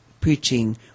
preaching